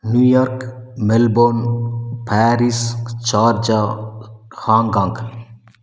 New York Melbourne Paris Sharjah Hong Kong